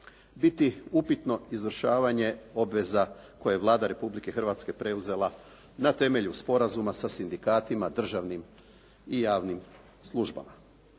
biti upitno izvršavanje obveza koje je Vlada Republike Hrvatske preuzela na temelju sporazuma sa sindikatima, državnim i javnim službama.